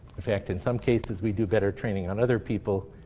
in fact, in some cases we do better training on other people.